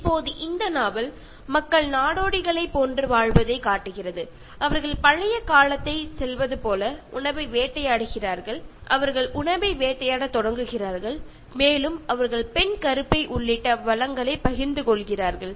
இப்போது இந்த நாவல் மக்கள் நாடோடிகளை போன்று வாழ்வதைக் காட்டுகிறது அவர்கள் பழைய காலத்தில் செல்வதைப் போல உணவை வேட்டையாடுகிறார்கள் அவர்கள் உணவை வேட்டையாடத் தொடங்குகிறார்கள் மேலும் அவர்கள் பெண் கருப்பை உள்ளிட்ட வளங்களைப் பகிர்ந்து கொள்கிறார்கள்